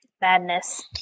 madness